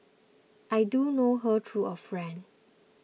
I do know her through a friend